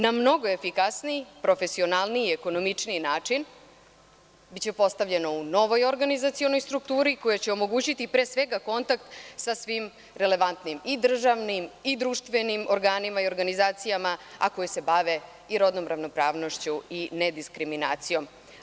Na mnogo efikasniji, profesionalniji i ekonomičniji način biće postavljeno u novoj organizacionoj strukturi koja će omogućiti pre svega kontakt sa svima relevantnim i državnim i društvenim organima i organizacijama, a koje se bave i rodnom ravnopravnošću i nediskriminacijom.